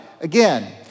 Again